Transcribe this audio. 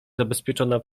zabezpieczona